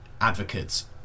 advocates